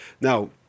Now